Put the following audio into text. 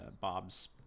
Bob's